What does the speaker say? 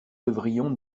devions